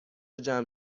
جمع